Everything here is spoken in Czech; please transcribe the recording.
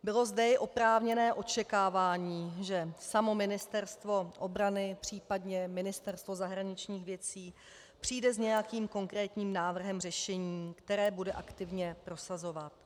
Bylo zde i oprávněné očekávání, že samo Ministerstvo obrany, případně Ministerstvo zahraničních věcí přijde s nějakým konkrétním návrhem řešení, které bude aktivně prosazovat.